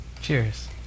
cheers